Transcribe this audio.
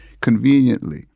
conveniently